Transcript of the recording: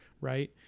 right